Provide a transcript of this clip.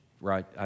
right